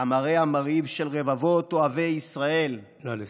המראה המרהיב של רבבות אוהבי ישראל, נא לסיים.